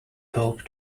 pope